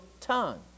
tongue